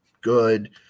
good